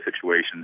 situations